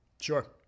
Sure